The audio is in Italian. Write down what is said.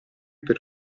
per